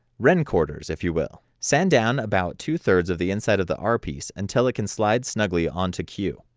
ren quarters if you will. sand down about two three of the inside of the r piece until it can slide snugly onto q.